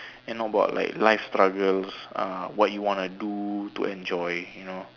and not about like life struggles uh what you wanna do to enjoy you know